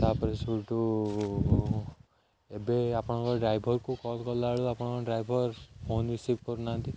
ତାପରେ ସେଠୁ ଏବେ ଆପଣଙ୍କ ଡ୍ରାଇଭରକୁ କଲ୍ କଲାବେଳକୁ ଆପଣଙ୍କ ଡ୍ରାଇଭର ଫୋନ ରିସିଭ୍ କରୁନାହାନ୍ତି